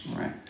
Right